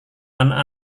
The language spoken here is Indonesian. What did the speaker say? anak